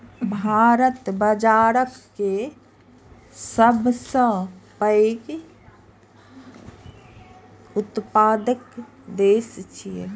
भारत बाजारा के सबसं पैघ उत्पादक देश छियै